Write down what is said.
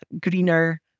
greener